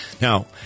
Now